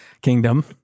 Kingdom